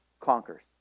conquers